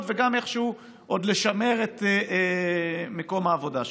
וגם איכשהו עוד לשמר את מקום העבודה שלו.